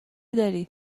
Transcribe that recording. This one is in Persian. داری